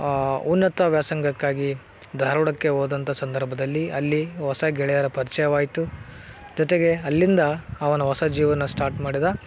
ಉನ್ನತ ವ್ಯಾಸಂಗಕ್ಕಾಗಿ ಧಾರವಾಡಕ್ಕೆ ಹೋದಂಥ ಸಂದರ್ಭದಲ್ಲಿ ಅಲ್ಲಿ ಹೊಸ ಗೆಳೆಯರ ಪರ್ಚಯವಾಯ್ತು ಜೊತೆಗೆ ಅಲ್ಲಿಂದ ಅವನ ಹೊಸ ಜೀವನ ಸ್ಟಾಟ್ ಮಾಡಿದ